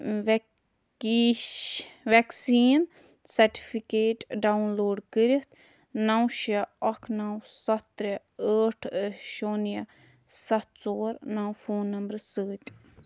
ویٚکیٖش vaccine certificate download کٔرِتھ نو شےٚ اکھ نو ستھ ترٛےٚ ٲٹھ شوٗنیہِ ستھ ژور نو فون نمبرٕ سۭتۍ